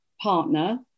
partner